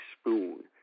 spoon